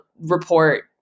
report